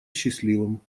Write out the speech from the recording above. счастливым